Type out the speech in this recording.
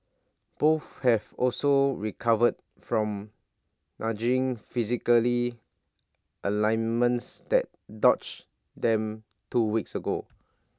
both have also recovered from niggling physical aliments that them two weeks ago